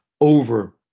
over